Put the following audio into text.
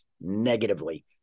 negatively